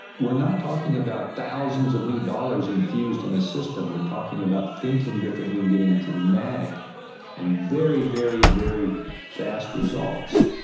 not talking about thousands of new dollars infused in a system, we're talking about thinking differently and getting dramatic and very, very very fast results.